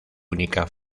única